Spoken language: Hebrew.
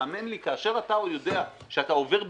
האמן לי, כאשר אתה יודע שאתה עובר ביקרות,